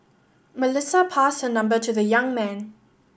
Melissa passed her number to the young man